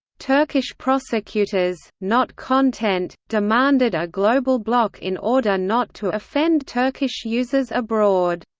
turkish prosecutors, not content, demanded a global block in order not to offend turkish users abroad.